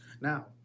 Now